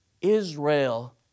Israel